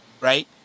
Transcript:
right